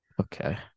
okay